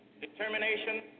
determination